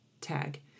tag